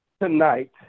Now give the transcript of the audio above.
tonight